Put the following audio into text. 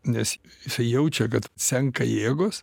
nes jisai jaučia kad senka jėgos